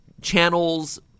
Channels